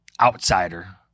outsider